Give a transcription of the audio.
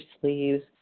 sleeves